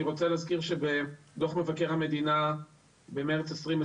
אני רוצה להזכיר שבדו"ח מבקר המדינה במרץ 2020